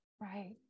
Right